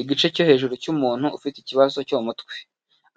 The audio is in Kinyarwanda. Igice cyo hejuru cy'umuntu ufite ikibazo cyo mu mutwe,